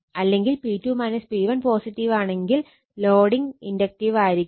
അല്ലെങ്കിൽ P2 P1 പോസിറ്റീവാണെങ്കിൽ loading ഇൻഡക്റ്റീവായിരിക്കും